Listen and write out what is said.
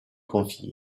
confiée